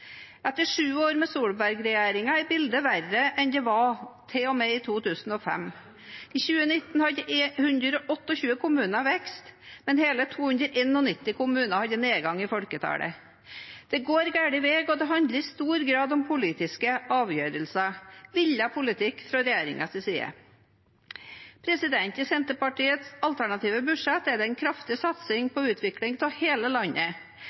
Etter sju år med Solberg-regjeringen er bildet verre enn det var til og med i 2005. I 2019 hadde 128 kommuner vekst, men hele 291 kommuner hadde nedgang i folketallet. Det går feil veg, og det handler i stor grad om politiske avgjørelser, villet politikk fra regjeringens side. I Senterpartiets alternative budsjett er det en kraftig satsing på utvikling av hele landet.